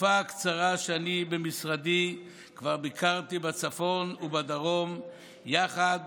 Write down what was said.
בתקופה הקצרה שאני במשרדי כבר ביקרתי בצפון ובדרום יחד